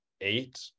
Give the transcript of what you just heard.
eight